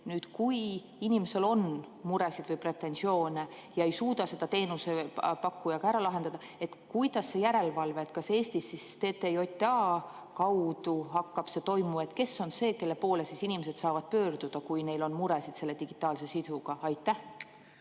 kaup. Kui inimesel on muresid või pretensioone ja ta ei suuda seda teenusepakkujaga ära lahendada, kuidas te järelevalvet Eestis teete? Kas TTJA kaudu hakkab see toimuma? Kes on see, kelle poole inimesed saavad pöörduda, kui neil on muresid selle digitaalse sisuga? Aitäh!